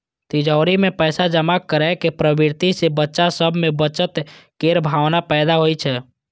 तिजौरी मे पैसा जमा करै के प्रवृत्ति सं बच्चा सभ मे बचत केर भावना पैदा होइ छै